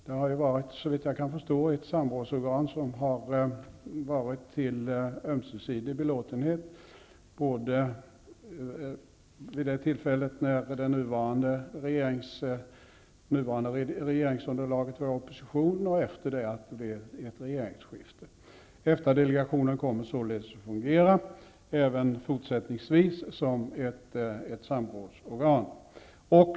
Den har, såvitt jag kan förstå, varit till ömsesidig belåtenhet som samrådsorgan, både när det nuvarande regeringsunderlaget var i opposition och efter det att det blev ett regeringsskifte. EFTA-delegationen kommer således att fungera även fortsättningsvis som ett samrådsorgan.